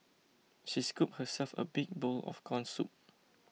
she scooped herself a big bowl of Corn Soup